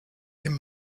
dem